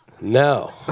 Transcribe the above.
No